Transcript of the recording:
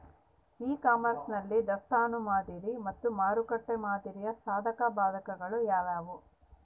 E commerce ನಲ್ಲಿ ದಾಸ್ತನು ಮಾದರಿ ಮತ್ತು ಮಾರುಕಟ್ಟೆ ಮಾದರಿಯ ಸಾಧಕಬಾಧಕಗಳು ಯಾವುವು?